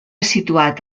situat